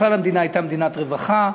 בכלל המדינה הייתה מדינת רווחה,